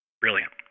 Brilliant